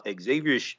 Xavier